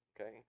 okay